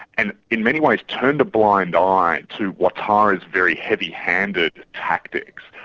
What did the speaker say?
and in many ways turned a blind eye to ouattara's very heavy-handed tactics.